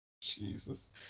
Jesus